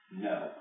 no